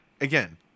Again